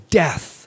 death